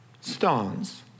stones